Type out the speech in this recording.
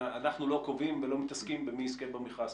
אנחנו לא קובעים ולא מתעסקים במי יזכה במכרז,